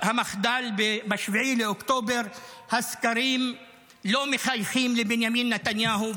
המחדל ב-7 באוקטובר הסקרים לא מחייכים לבנימין נתניהו,